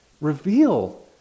reveal